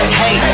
hey